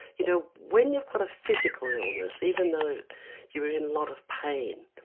you know, when you've got a physical illness, even though you're in a lot of pain,